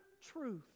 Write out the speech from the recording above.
truth